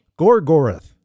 Gorgoroth